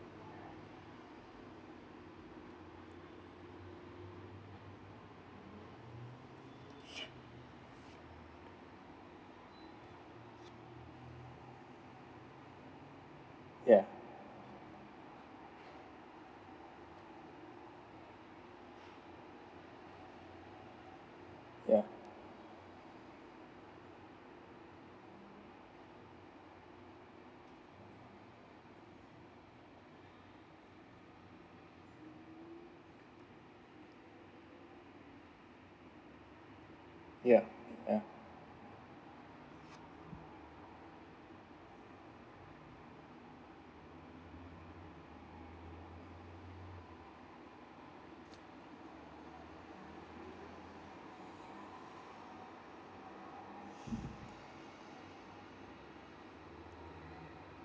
ya ya ya ya